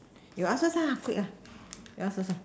ya you ask first lah quick lah you ask first lah